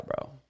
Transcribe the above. bro